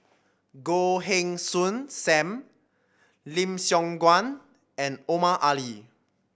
Goh Heng Soon Sam Lim Siong Guan and Omar Ali